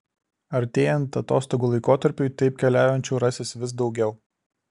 artėjant atostogų laikotarpiui taip keliaujančių rasis vis daugiau